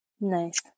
Nice